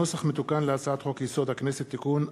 נוסח מתוקן להצעת חוק-יסוד: הכנסת (תיקון,